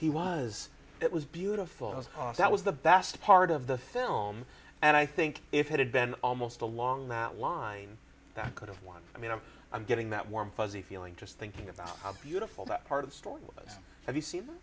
he was it was beautiful his hoss that was the best part of the film and i think if it had been almost along that line that i could have won i mean i'm i'm getting that warm fuzzy feeling just thinking about how beautiful that part of the story have you seen